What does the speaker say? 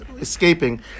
escaping